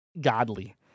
godly